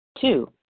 Two